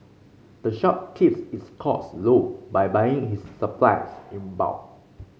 the shop keeps its costs low by buying its supplies in bulk